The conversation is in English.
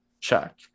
Check